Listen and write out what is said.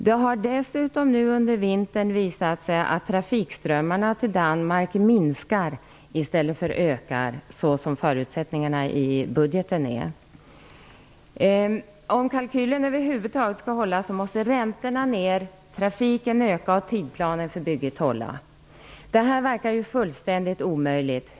Det har dessutom nu under vintern visat sig att trafikströmmarna till Danmark minskar i stället för ökar, såsom förutsättningarna i budgeten är. Om kalkylen över huvud taget skall hålla måste räntorna gå ned, trafiken öka och tidsplanen för bygget hålla. Det här verkar fullständigt omöjligt.